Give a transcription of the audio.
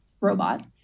robot